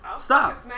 stop